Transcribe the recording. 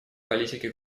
политики